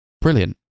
Brilliant